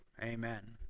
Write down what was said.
Amen